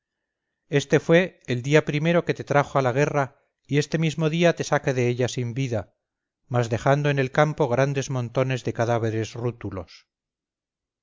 este fue el día primero que te trajo a la guerra y este mismo día te saca de ella sin vida mas dejando en el campo grandes montones de cadáveres rútulos